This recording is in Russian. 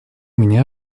меня